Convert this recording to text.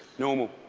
normal.